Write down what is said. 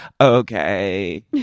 okay